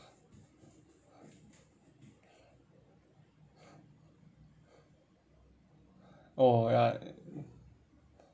oh ya